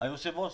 היושב-ראש,